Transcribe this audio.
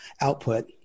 output